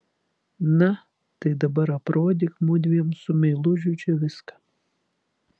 na tai dabar aprodyk mudviem su meilužiu čia viską